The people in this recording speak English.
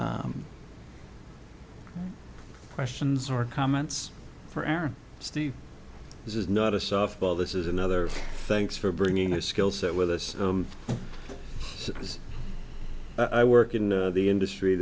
questions or comments for air steve this is not a softball this is another thanks for bringing a skill set with us because i work in the industry